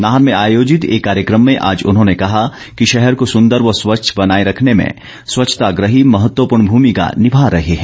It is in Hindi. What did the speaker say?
नाहन में आयोजित एक ं कार्यकम में आज उन्होंने कहा कि शहर को सुंदर व स्वच्छ बनाए रखने में स्वच्छता ग्रही महत्वपूर्ण भूमिका निभा रहे हैं